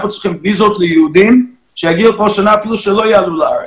אנחנו צריכים ויזות ליהודים שיגיעו לפה שנה פלוס שלא יעלו לארץ.